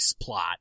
plot